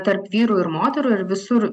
tarp vyrų ir moterų ir visur